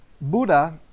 Buddha